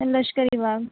लष्करी बाग